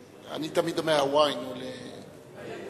אני תמיד אומר הוואי, האיטי.